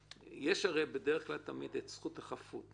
יש זכות החפות,